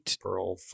pearl